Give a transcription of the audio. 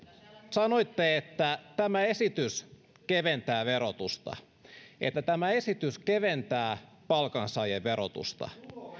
sanoitte että tämä esitys keventää verotusta että tämä esitys keventää palkansaajien verotusta